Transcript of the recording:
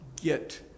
get